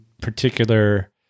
particular